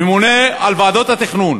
ממונה על ועדות התכנון.